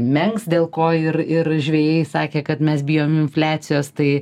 menks dėl ko ir ir žvejai sakė kad mes bijom infliacijos tai